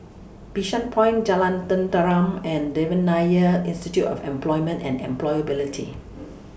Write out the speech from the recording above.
Bishan Point Jalan Tenteram and Devan Nair Institute of Employment and Employability